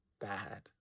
bad